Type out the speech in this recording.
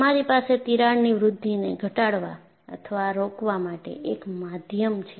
તમારી પાસે તિરાડની વૃદ્ધિને ઘટાડવા અથવા રોકવા માટે એક માધ્યમ છે